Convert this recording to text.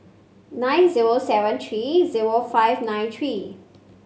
nine zero seven three zero five nine three